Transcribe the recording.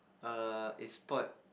err is spoilt